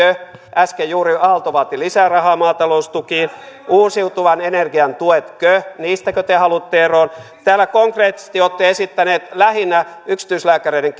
äsken juuri aalto vaati lisää rahaa maataloustukiin uusiutuvan energian tuetko niistäkö te haluatte eroon täällä konkreettisesti olette esittäneet lähinnä yksityislääkäreiden